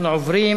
אנחנו עוברים